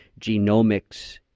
genomics